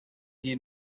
die